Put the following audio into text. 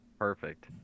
perfect